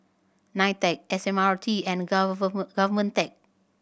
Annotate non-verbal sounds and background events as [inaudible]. NITEC S M R T and [unintelligible] GovTech